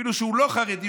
אפילו שהוא לא חרדי,